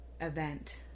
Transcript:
event